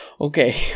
Okay